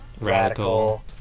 radical